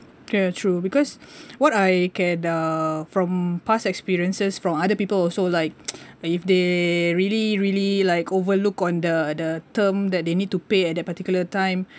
ya true because what I get uh from past experiences from other people also like if they really really like overlook on the the term that they need to pay at that particular time